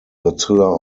godzilla